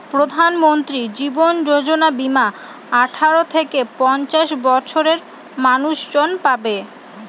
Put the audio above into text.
প্রধানমন্ত্রী জীবন যোজনা বীমা আঠারো থেকে পঞ্চাশ বছরের মানুষজন পাবে